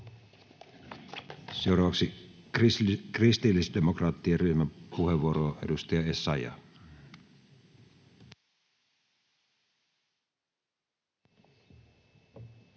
Seuraavaksi kristillisdemokraattien ryhmäpuheenvuoro, edustaja Essayah.